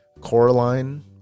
Coraline